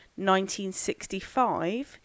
1965